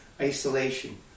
isolation